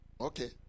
Okay